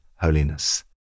holiness